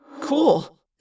Cool